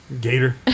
Gator